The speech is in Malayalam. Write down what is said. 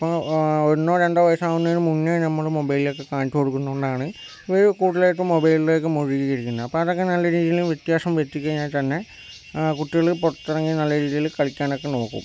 ഇപ്പോൾ ഒന്നോ രണ്ടോ വയസ്സിന് മുന്നേ നമ്മള് മൊബൈലക്കെ കാണിച്ച് കൊടുക്കുന്ന കൊണ്ടാണ് ഇവര് കൂടുതലായിട്ടും മൊബൈലിലേക്ക് മുഴകിയിരിക്കുന്നത് അപ്പ അതക്കെ നല്ല രീതിലുള്ള വ്യത്യാസം വരുത്തിക്കഴിഞ്ഞാൽ തന്നെ കുട്ടികള് പൊറത്തിറങ്ങി നല്ല രീതില് കളിക്കാനൊക്കെ നോക്കും